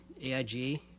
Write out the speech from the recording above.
aig